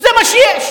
זה מה שיש,